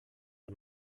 der